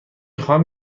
خواهم